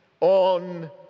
on